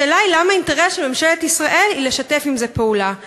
השאלה היא למה האינטרס של ממשלת ישראל הוא לשתף פעולה עם זה.